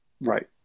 Right